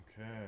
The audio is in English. Okay